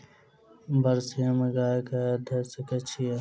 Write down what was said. बरसीम गाय कऽ दऽ सकय छीयै?